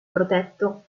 protetto